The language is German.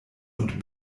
und